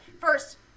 First